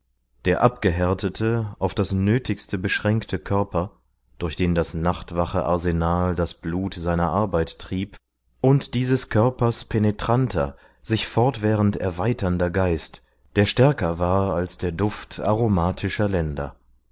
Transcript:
der abgehärtete auf das nötigste beschränkte körper durch den das nachtwache arsenal das blut seiner arbeit trieb und dieses körpers penetranter sich fortwährend erweiternder geist der stärker war als der duft aromatischer länder